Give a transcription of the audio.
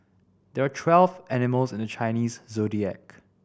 there are twelve animals in the Chinese Zodiac